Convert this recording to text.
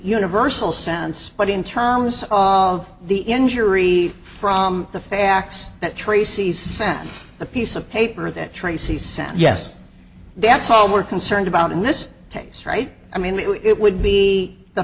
universal sense but in terms of the injury from the facts that tracy's sent the piece of paper that tracy's sent yes that's all we're concerned about in this case right i mean we it would be the